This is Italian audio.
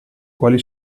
quali